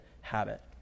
habit